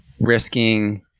risking